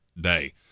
day